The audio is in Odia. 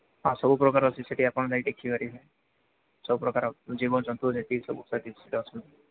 ହଁ ସବୁ ପ୍ରକାର ଅଛି ସେଠି ଆପଣ ଯାଇ ଦେଖି ପାରିବେ ସବୁ ପ୍ରକାର ଜୀବଜନ୍ତୁ ଯେତିକି ସବୁ ଅଛନ୍ତି